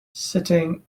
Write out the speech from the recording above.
sitting